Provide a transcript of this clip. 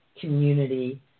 community